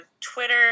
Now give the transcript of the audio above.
Twitter